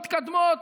מתקדמות,